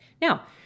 now